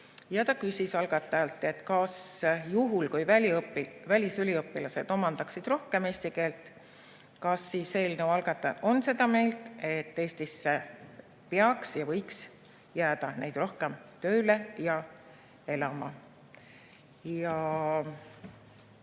Ta küsis algatajalt, kas juhul, kui välisüliõpilased omandaksid rohkem eesti keelt, siis kas eelnõu algatajad on seda meelt, et Eestisse peaks jääma ja võiks jääda neid rohkem tööle ja elama.